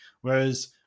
Whereas